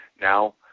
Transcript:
Now